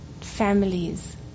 families